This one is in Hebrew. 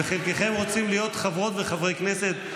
וחלקכם רוצים להיות חברות וחברי כנסת.